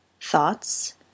thoughts